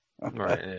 Right